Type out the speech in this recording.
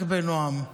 רק בנועם,